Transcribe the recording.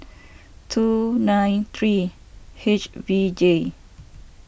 two nine three H V J